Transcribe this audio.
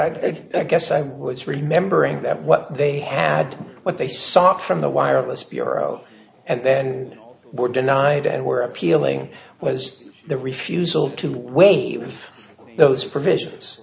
i'd guess i was remembering that what they had what they saw from the wireless bureau and then were denied and were appealing was the refusal to waive those provisions